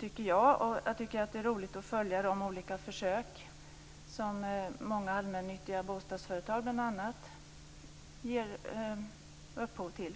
tycker jag. Det är roligt att följa de olika försök som bl.a. många allmännyttiga bostadsföretag har gett upphov till.